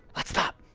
let's stop!